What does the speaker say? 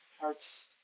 Hearts